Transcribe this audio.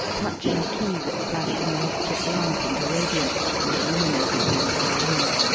touching a key that flashed an electric lamp into radiance and illuminated the entire room.